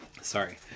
sorry